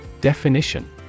Definition